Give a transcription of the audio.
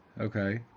okay